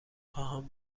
خواهم